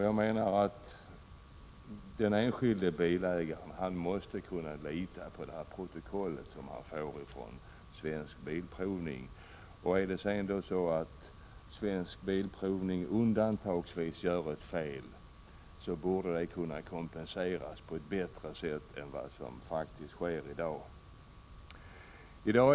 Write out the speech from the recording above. Jag menar att den enskilde bilägaren måste kunna lita på det protokoll han får från Svensk Bilprovning. Gör Svensk Bilprovning undantagsvis ett fel, borde det kunna kompenseras på ett bättre sätt än som faktiskt sker i dag.